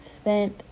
spent